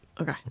Okay